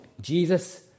Jesus